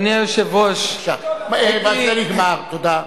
אדוני היושב-ראש, הייתי, בזה נגמר, תודה.